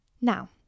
Now